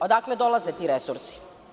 Odakle dolaze ti resursi?